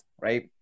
right